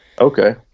okay